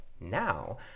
now